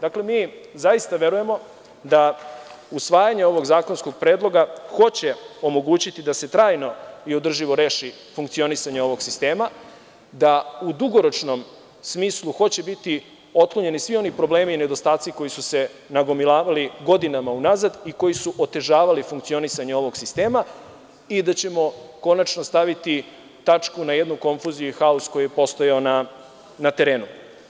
Dakle, mi zaista verujemo da usvajanje ovog zakonskog predloga hoće omogućiti da se trajno i održivo reši funkcionisanje ovog sistema, da u dugoročnom smislu hoće biti otklonjeni svi oni problemi i nedostaci koji su se nagomilavali godinama unazad i koji su otežavali funkcionisanje ovog sistema i da ćemo konačno staviti tačku na jednu konfuziju i haos koji je postojao na terenu.